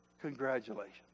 congratulations